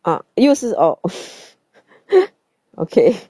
啊又是 oh okay